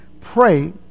pray